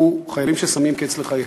חיילים ששמים קץ לחייהם.